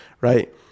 Right